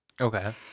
Okay